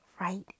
right